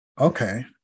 Okay